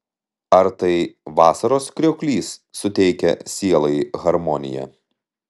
ar tai vasaros krioklys suteikia sielai harmoniją